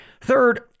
Third